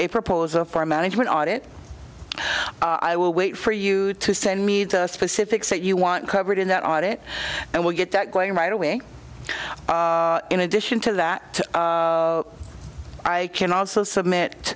a proposal for a management audit i will wait for you to send me the specifics that you want covered in that audit and we'll get that going right away in addition to that i can also submit